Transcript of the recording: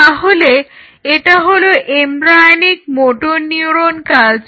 তাহলে এটা হলো এমব্রায়োনিক মোটর নিউরন কালচার